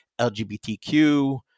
lgbtq